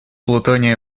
плутония